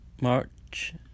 March